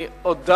רבותי.